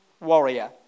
warrior